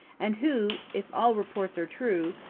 and who, if all reports are true,